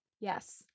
Yes